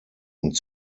und